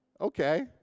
Okay